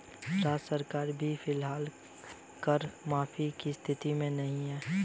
राज्य सरकार भी फिलहाल कर माफी की स्थिति में नहीं है